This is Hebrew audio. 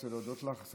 אני רוצה להודות לך,